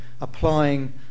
applying